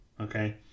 Okay